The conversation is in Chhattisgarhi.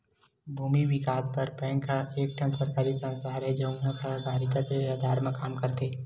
भूमि बिकास बर बेंक ह एक ठन सरकारी संस्था हरय, जउन ह सहकारिता के अधार म काम करथे